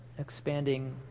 expanding